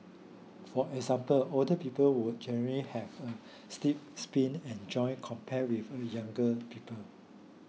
for example older people would generally have a stiff spine and joints compared for younger people